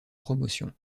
promotion